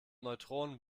neutronen